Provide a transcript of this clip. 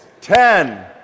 Ten